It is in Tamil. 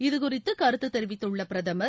இது குறித்து கருத்து தெரிவித்துள்ள பிரதமர்